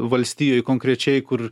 valstijoj konkrečiai kur